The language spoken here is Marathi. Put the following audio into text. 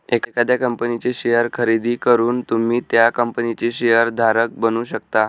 एखाद्या कंपनीचे शेअर खरेदी करून तुम्ही त्या कंपनीचे शेअर धारक बनू शकता